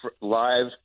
live